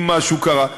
אם משהו קרה,